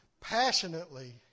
passionately